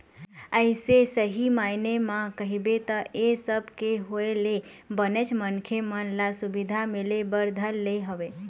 अइसे सही मायने म कहिबे त ऐ सब के होय ले बनेच मनखे मन ल सुबिधा मिले बर धर ले हवय